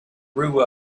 grew